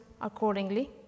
accordingly